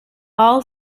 all